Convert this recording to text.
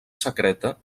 secreta